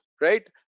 right